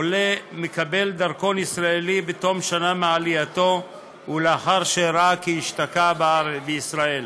עולה מקבל דרכון ישראלי בתום שנה מעלייתו ולאחר שהראה כי השתקע בישראל.